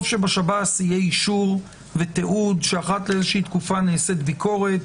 טוב שבשב"ס יהיה אישור ותיעוד שאחת לאיזה תקופה נעשית ביקורת,